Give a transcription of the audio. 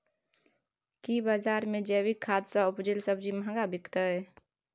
की बजार मे जैविक खाद सॅ उपजेल सब्जी महंगा बिकतै?